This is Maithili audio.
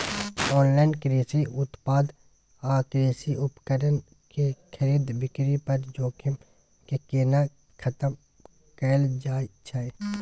ऑनलाइन कृषि उत्पाद आ कृषि उपकरण के खरीद बिक्री पर जोखिम के केना खतम कैल जाए छै?